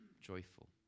joyful